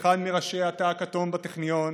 כאחד מראשי התא הכתום בטכניון